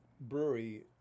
brewery